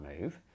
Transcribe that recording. move